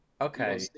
Okay